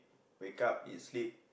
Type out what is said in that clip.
wake up eat sleep